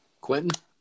Quentin